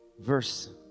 verse